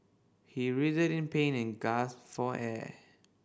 he writhed in pain and gasped for air